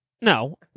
no